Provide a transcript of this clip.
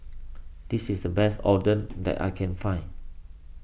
this is the best Oden that I can find